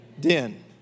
Den